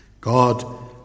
God